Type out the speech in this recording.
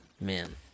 Man